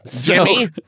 Jimmy